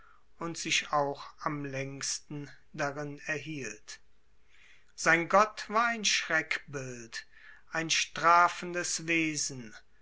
und sich auch am längsten darin erhielt sein gott war ein schreckbild ein strafendes wesen